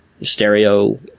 stereo